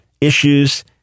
issues